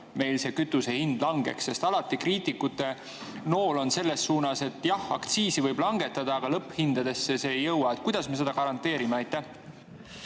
meil see kütuse hind langeks? Alati kriitikute nool on selles suunas, et jah, aktsiisi võib langetada, aga lõpphindadesse see ei jõua. Kuidas me seda garanteerime? Aitäh,